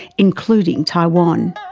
including taiwan.